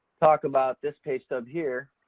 talk about this pay stub here,